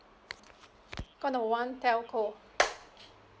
call number one telco